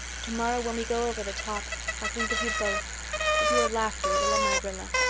tomorrow, when we go over the top i'll think of you both of your laughter, rilla-my-rilla,